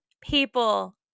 people